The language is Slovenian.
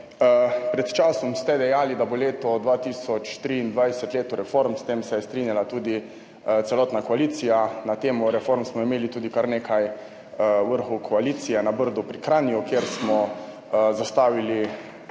Pred časom ste dejali, da bo leto 2023 let reform, s tem se je strinjala tudi celotna koalicija. Na temo reform smo imeli tudi kar nekaj vrhov koalicije na Brdu pri Kranju, kjer smo zastavili